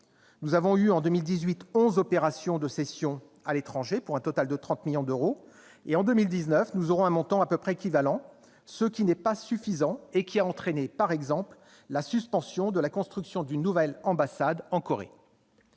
Nous avons connu, en 2018, onze opérations de cession à l'étranger, pour un total de 30 millions d'euros. Nous aurons, en 2019, un montant à peu près équivalent, ce qui n'est pas suffisant et a entraîné, par exemple, la suspension de la construction d'une nouvelle ambassade en Corée.